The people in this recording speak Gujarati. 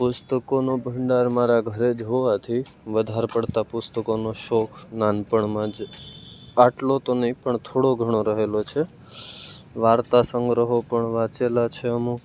પુસ્તકોનો ભંડાર મારા ઘરે જ હોવાથી વધારે પડતા પુસ્તકોનો શોખ નાનપણમાં જ આટલો તો નહી પણ થોડો ઘણો રહેલો છે વાર્તા સંગ્રહો પણ વાંચેલા છે અમુક